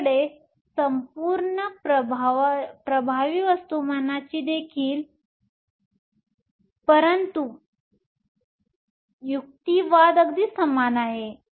आपल्याकडे संपूर्ण प्रभावी वस्तुमान देखील आहे परंतु युक्तिवाद अगदी समान आहे